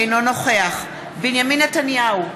אינו נוכח בנימין נתניהו,